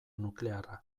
nuklearra